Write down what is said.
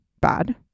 bad